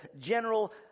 general